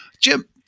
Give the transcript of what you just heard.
Jim